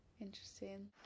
interesting